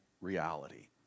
reality